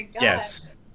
yes